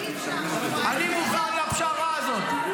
אני מוכן לפשרה הזאת.